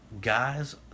guys